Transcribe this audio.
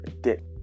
dick